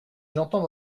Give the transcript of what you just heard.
j’entends